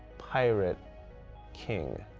pirate king,